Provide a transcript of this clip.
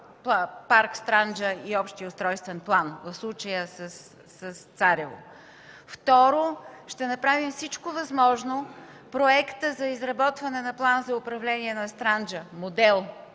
парк „Странджа” и общия устройствен план, в случая с Царево. Второ, ще направим всичко възможно проектът за изработване на План за управление на „Странджа” – модел